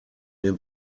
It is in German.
dem